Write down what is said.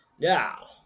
Now